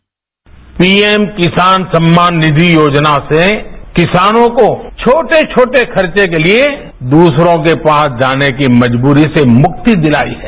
bite PM Kisan Samman Nidhi योजना से किसानों को छोटे छोटे खर्चे के लिए दूसरों के पास जाने की मजबूरी से मुक्ति दिलाई है